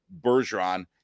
Bergeron